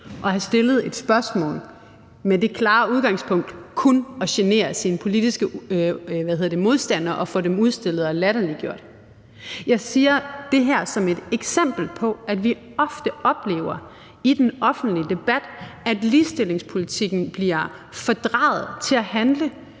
at have stillet et spørgsmål med det klare udgangspunkt kun at genere sine politiske modstandere og få dem udstillet og latterliggjort. Jeg siger det her som et eksempel på, at vi ofte oplever i den offentlige debat, at ligestillingspolitikken bliver fordrejet til at handle